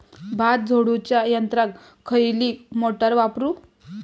भात झोडूच्या यंत्राक खयली मोटार वापरू?